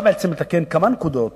שבא בעצם לתקן כמה נקודות